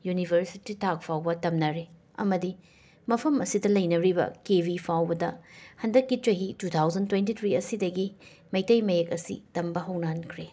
university ꯊꯥꯛ ꯐꯥꯎꯕ ꯇꯝꯅꯔꯦ ꯑꯃꯗꯤ ꯃꯐꯝ ꯑꯁꯤꯗ ꯂꯩꯅꯔꯤꯕ ꯀꯦ ꯕꯤ ꯐꯥꯎꯕꯗ ꯍꯟꯗꯛꯀꯤ ꯆꯍꯤ ꯇꯨ ꯊꯥꯎꯖꯟ ꯇꯣꯏꯟꯇꯤ ꯊ꯭ꯔꯤ ꯑꯁꯤꯗꯒꯤ ꯃꯩꯇꯩ ꯃꯌꯦꯛ ꯑꯁꯤ ꯇꯝꯕ ꯍꯧꯅꯍꯟꯈ꯭ꯔꯦ